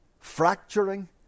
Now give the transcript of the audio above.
fracturing